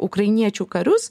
ukrainiečių karius